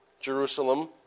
Jerusalem